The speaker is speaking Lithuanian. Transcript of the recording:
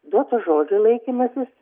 duoto žodžio laikymasis